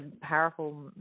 powerful